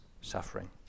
suffering